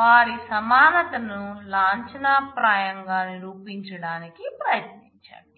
వారి సమానతను లాంఛనప్రాయంగా నిరూపించడానికి ప్రయత్నించండి